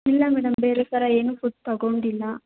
ಇಲ್ಲ ಮೇಡಮ್ ಬೇರೆ ಥರ ಏನೂ ಫುಡ್ ತೊಗೊಂಡಿಲ್ಲ